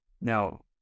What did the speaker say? Now